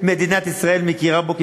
מדינת ישראל מכירה בו כפליט.